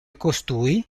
costui